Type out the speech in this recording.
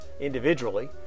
individually